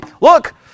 look